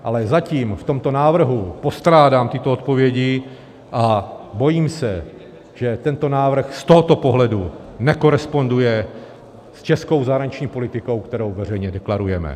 Ale zatím v tomto návrhu postrádám tyto odpovědi a bojím se, že tento návrh z tohoto pohledu nekoresponduje s českou zahraniční politikou, kterou veřejně deklarujeme.